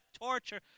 torture